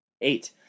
Eight